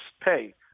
pay